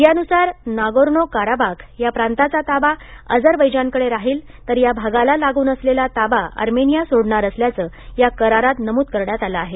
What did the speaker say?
यानुसार Nagorno Karabakh या प्रातांचा ताबा अझरबैजानकडे राहील तर या भागाला लागून असलेला ताबा अर्मेनिया सोडणार असल्याचं या करारात नमूद करण्यात आलं आहे